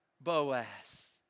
Boaz